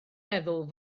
meddwl